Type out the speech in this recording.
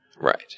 Right